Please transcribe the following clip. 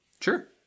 Sure